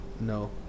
no